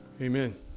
Amen